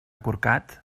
corcat